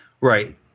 right